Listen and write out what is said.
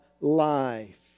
life